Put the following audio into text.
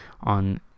on